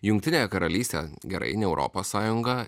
jungtinėje karalystėje gerai ne europos sąjunga